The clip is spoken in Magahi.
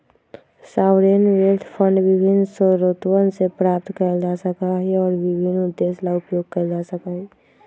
सॉवरेन वेल्थ फंड विभिन्न स्रोतवन से प्राप्त कइल जा सका हई और विभिन्न उद्देश्य ला उपयोग कइल जा सका हई